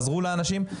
עזרו לאנשים,